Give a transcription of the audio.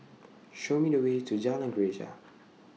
Show Me The Way to Jalan Greja